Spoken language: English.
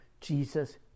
Jesus